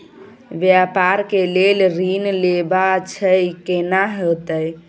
व्यापार के लेल ऋण लेबा छै केना होतै?